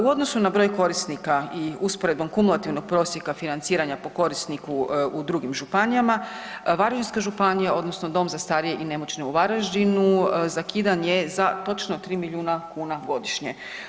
U odnosu na broj korisnika i usporedbom kumulativnog prosjeka financiranja po korisniku u drugim županijama, Varaždinska županija odnosno Dom za starije i nemoćne u Varaždinu zakidan je za točno 3 milijuna kuna godišnje.